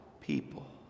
people